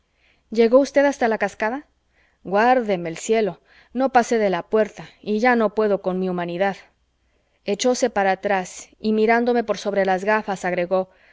llegó usted hasta la cascada guárdeme el cielo no pasé de la puerta y ya no puedo con mi humanidad echóse para atrás y mirándome por sobre las gafas agregó